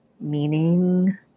Meaning